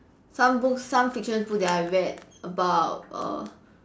some books some fiction book that I read about err